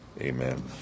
Amen